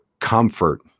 comfort